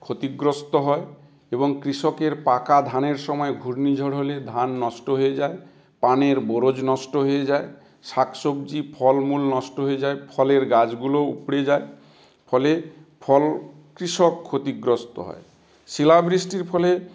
ক্ষতিগ্রস্ত হয় এবং কৃষকের পাকা ধানের সময় ঘূর্ণিঝড় হলে ধান নষ্ট হয়ে যায় পানের বোরোজ নষ্ট হয়ে যায় শাক সবজি ফল মূল নষ্ট হয়ে যায় ফলের গাছগুলো উপড়ে যায় ফলে ফল কৃষক ক্ষতিগ্রস্থ হয় শিলাবৃষ্টির ফলে